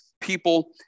people